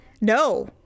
No